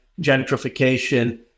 gentrification